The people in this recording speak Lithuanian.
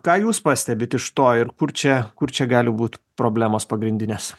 ką jūs pastebit iš to ir kur čia kur čia gali būt problemos pagrindinės